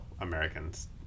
Americans